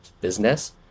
business